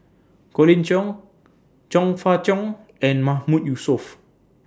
Colin Cheong Chong Fah Cheong and Mahmood Yusof